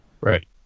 Right